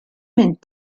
mint